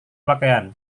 pakaian